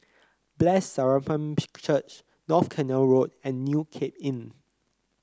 Blessed Sacrament Church North Canal Road and New Cape Inn